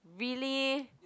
really